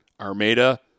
armada